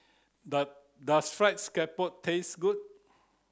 does dose fried scallop taste good